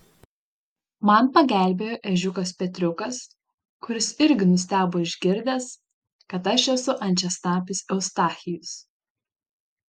man pagelbėjo ežiukas petriukas kuris irgi nustebo išgirdęs kad aš esu ančiasnapis eustachijus